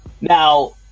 Now